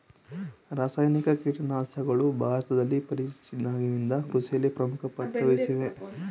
ರಾಸಾಯನಿಕ ಕೀಟನಾಶಕಗಳು ಭಾರತದಲ್ಲಿ ಪರಿಚಯಿಸಿದಾಗಿನಿಂದ ಕೃಷಿಯಲ್ಲಿ ಪ್ರಮುಖ ಪಾತ್ರ ವಹಿಸಿವೆ